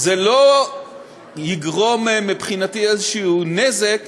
זה לא יגרום מבחינתי נזק